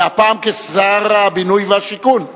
והפעם כשר הבינוי והשיכון,